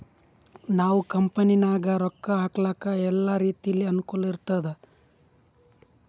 ನಾವ್ ಕಂಪನಿನಾಗ್ ರೊಕ್ಕಾ ಹಾಕ್ಲಕ್ ಎಲ್ಲಾ ರೀತಿಲೆ ಅನುಕೂಲ್ ಇರ್ತುದ್